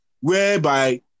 whereby